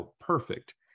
perfect